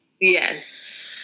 yes